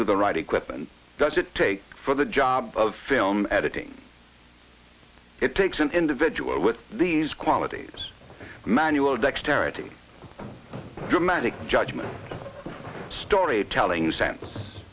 to the right equipment does it take for the job of film editing it takes an individual with these qualities manual dexterity dramatic judgment storytelling sen